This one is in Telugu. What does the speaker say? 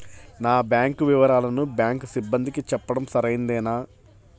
నా బ్యాంకు వివరాలను బ్యాంకు సిబ్బందికి చెప్పడం సరైందేనా?